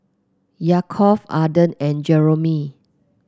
Yaakov Arden and Jeromy